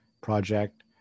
project